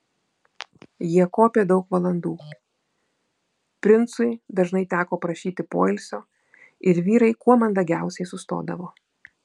jie kopė daug valandų princui dažnai teko prašyti poilsio ir vyrai kuo mandagiausiai sustodavo